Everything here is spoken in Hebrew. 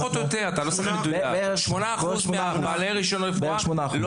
בערך 8%. 8%. אתה